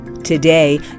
Today